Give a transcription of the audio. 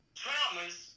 traumas